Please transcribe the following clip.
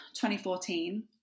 2014